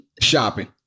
shopping